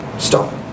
stop